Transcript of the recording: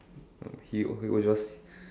um he he will just